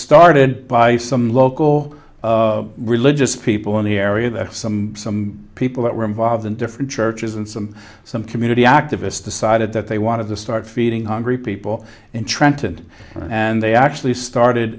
started by some local religious people in the area that some some people were involved in different churches and some some community activists decided that they wanted to start feeding hungry people in trenton and they actually started